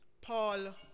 Paul